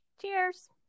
Cheers